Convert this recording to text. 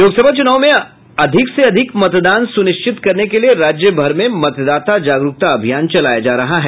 लोकसभा चूनाव में अधिक से अधिक मतदान सूनिश्चित करने के लिये राज्यभर में मतदाता जागरूता अभियान चलाया जा रहा है